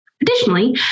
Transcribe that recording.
Additionally